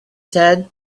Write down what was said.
said